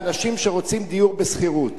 לאנשים שרוצים דיור בשכירות?